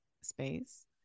space